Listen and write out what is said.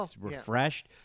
refreshed